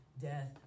death